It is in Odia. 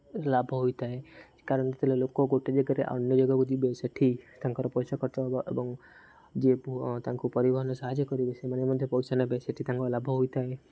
ଲାଭ ହୋଇଥାଏ କାରଣ ଯେତେବେଳେ ଲୋକ ଗୋଟେ ଜାଗାରୁ ଅନ୍ୟ ଜାଗାକୁ ଯିବେ ସେଇଠି ତାଙ୍କର ପଇସା ଖର୍ଚ୍ଚ ହେବ ଏବଂ ଯିଏ ତାଙ୍କୁ ପରିବହନରେ ସାହାଯ୍ୟ କରିବେ ସେମାନେ ମଧ୍ୟ ପଇସା ନେବେ ସେଇଠି ତାଙ୍କର ଲାଭ ହୋଇଥାଏ